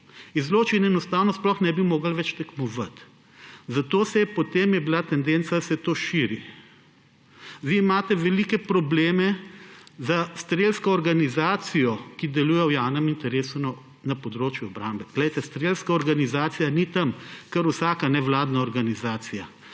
in enostavno sploh ne bi mogli več tekmovati. Zato je potem bila tendenca, da se to širi. Vi imate velike probleme s strelsko organizacijo, ki deluje v javnem interesu na področju obrambe. Glejte, strelska organizacija ni kar vsaka nevladna organizacija.